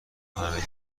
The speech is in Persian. همه